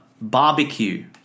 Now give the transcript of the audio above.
barbecue